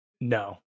No